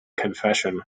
confession